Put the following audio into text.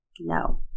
No